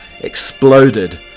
exploded